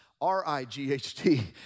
R-I-G-H-T